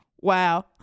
wow